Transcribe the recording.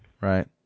Right